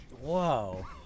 Whoa